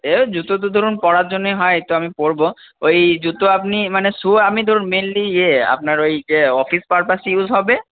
এই জুতো তো ধরুন পরার জন্যই হয় তো আমি পরবো ওই জুতো আপনি মানে শ্যু আমি ধরুন মেইনলি ইয়ে আপনার ওই যে অফিস পারপাসে ইউজ হবে